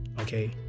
Okay